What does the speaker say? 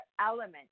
element